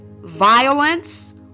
violence